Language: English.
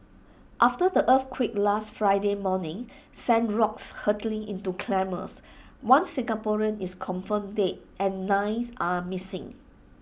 after the earthquake last Friday morning sent rocks hurtling into climbers one Singaporean is confirmed dead and nine are missing